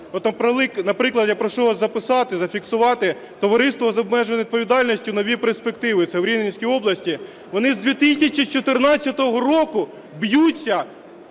наприклад, (я прошу вас записати, зафіксувати), товариство з обмеженою відповідальністю "Нові перспективи", це в Рівненській області. Вони з 2014 року б'ються